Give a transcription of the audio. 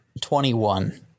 Twenty-one